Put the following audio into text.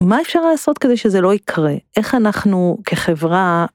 מה אפשר לעשות כדי שזה לא יקרה, איך אנחנו כחברה.